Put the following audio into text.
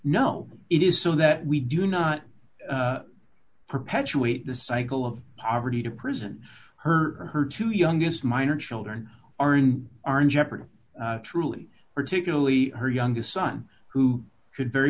no it is so that we do not perpetuate the cycle of poverty to prison her or her two youngest minor children are and are in jeopardy truly particularly her youngest son who could very